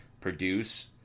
produce